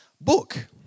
book